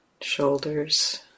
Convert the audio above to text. shoulders